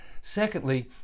Secondly